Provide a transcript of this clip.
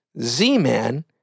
Z-Man